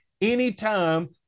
anytime